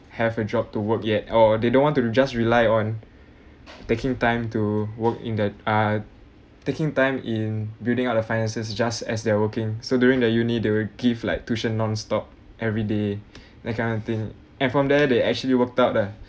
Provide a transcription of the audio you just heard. have a job to work yet or they don't want to just rely on taking time to work in that ah taking time in building up the finances just as they are working so during their uni they will give like tuition nonstop everyday that kind of thing and from there they actually worked out there